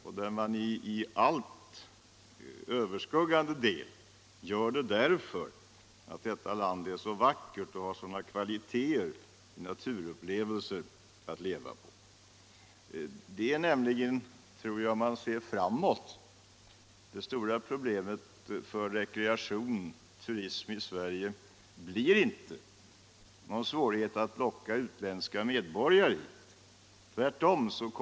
Det gör man till den helt övervägande delen därför att detta land är så vackert och har sådana naturupplevelser att bjuda 125 på. Den stora svårigheten för rekreation och turism i Sverige kommer, om man ser framåt, inte att bli att locka utländska medborgare hit.